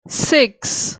six